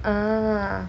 ah